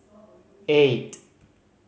eight